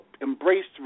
Embraced